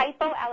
hypoallergenic